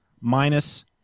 minus